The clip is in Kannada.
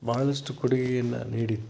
ಬಹಳಷ್ಟು ಕೊಡುಗೆಯನ್ನು ನೀಡಿತ್ತು